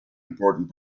important